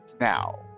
Now